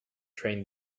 train